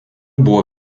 buvo